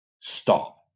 Stop